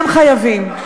גם אם הם אינם חייבים.